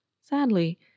Sadly